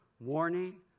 warning